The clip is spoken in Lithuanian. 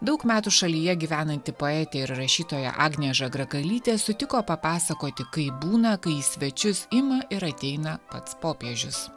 daug metų šalyje gyvenanti poetė ir rašytoja agnė žagrakalytė sutiko papasakoti kaip būna kai į svečius ima ir ateina pats popiežius